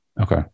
Okay